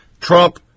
Trump